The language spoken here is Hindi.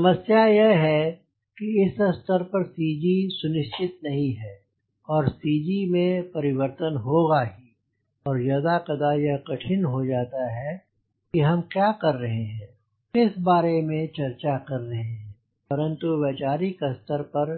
समस्या यह है कि इस स्तर पर सी जी सुनिश्चित नहीं है और सी जी में परिवर्तन होगा ही और यदा कदा यह कठिन हो जाता है कि हम क्या और किस बारे में चर्चा कर रहे हैं परंतु वैचारिक स्तर पर